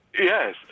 Yes